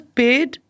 paid